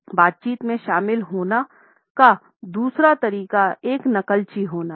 बातचीत में शामिल होना का दूसरा तरीका एक नकलची होना है